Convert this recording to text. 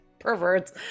perverts